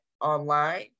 online